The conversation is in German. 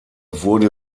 wurde